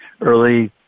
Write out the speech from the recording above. early